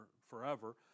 forever